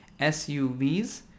SUVs